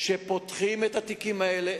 כשפותחים את התיקים האלה,